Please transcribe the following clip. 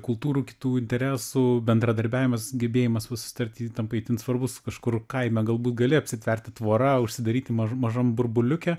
kultūrų kitų interesų bendradarbiavimas gebėjimas susitarti tampa itin svarbus kažkur kaime galbūt gali apsitverti tvora užsidaryti maž mažam burbuliuke